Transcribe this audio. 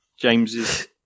James's